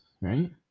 right